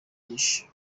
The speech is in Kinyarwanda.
byinshi